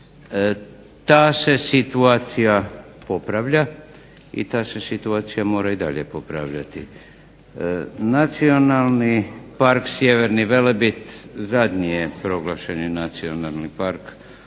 Ta se situacija popravlja i ta se situacija mora i dalje popravljati. Nacionalni park Sjeverni Velebit zadnji je proglašeni nacionalni park